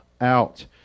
out